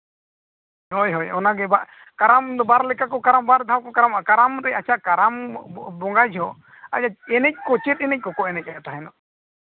ᱦᱳᱭ ᱦᱳᱭ ᱚᱱᱟ ᱜᱮ ᱵᱟᱝ ᱠᱟᱨᱟᱢ ᱫᱚ ᱵᱟᱨ ᱞᱮᱠᱟ ᱠᱚ ᱵᱟᱨ ᱫᱷᱟᱣ ᱠᱚ ᱠᱟᱨᱟᱢᱚᱜᱼᱟ ᱠᱟᱨᱟᱢ ᱨᱮ ᱟᱪᱪᱷᱟ ᱠᱟᱨᱟᱢ ᱵᱚᱸᱜᱟ ᱡᱚᱦᱚᱜ ᱟᱪᱪᱷᱟ ᱮᱱᱮᱡ ᱠᱚ ᱪᱮᱫ ᱮᱱᱮᱡ ᱠᱚ ᱮᱱᱮᱡᱚᱜ ᱛᱟᱦᱮᱱᱚᱜ